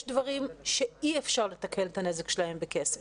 יש דברים שאי-אפשר לתקן את הנזק שלהם בכסף.